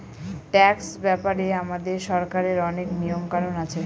tax ব্যাপারে আমাদের সরকারের অনেক নিয়ম কানুন আছে